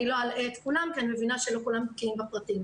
אני לא אלא את כולם כי אני מבינה שלא כולם בקיאים בפרטים.